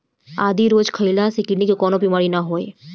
आदि के रोज खइला से किडनी के कवनो बीमारी ना होई